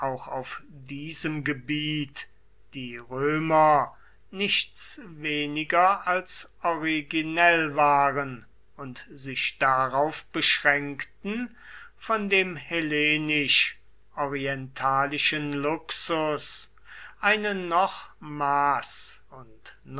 auf diesem gebiet die römer nichts weniger als originell waren und sich darauf beschränkten von dem hellenisch orientalischen luxus eine noch maß und